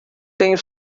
tenho